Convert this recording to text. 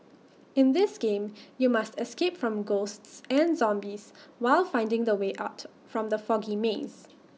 in this game you must escape from ghosts and zombies while finding the way out from the foggy maze